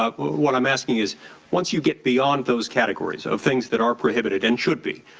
ah what i'm asking is once you get beyond those categories of things that are prohibited and should be,